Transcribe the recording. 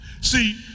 See